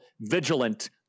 vigilant